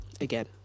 again